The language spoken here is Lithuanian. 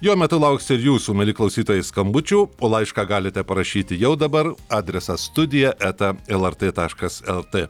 jo metu lauksiu ir jūsų mieli klausytojai skambučių o laišką galite parašyti jau dabar adresą studija eta lrt taškas lt